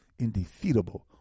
indefeatable